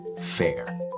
FAIR